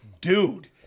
dude